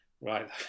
right